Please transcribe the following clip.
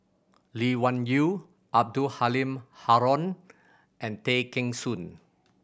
Lee Wung Yew Abdul Halim Haron and Tay Kheng Soon